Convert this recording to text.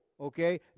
okay